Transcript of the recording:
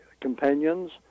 companions